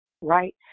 right